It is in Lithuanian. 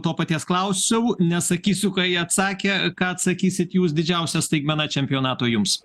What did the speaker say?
to paties klausiau nesakysiu ką jie atsakė ką atsakysit jūs didžiausia staigmena čempionato jums